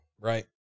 right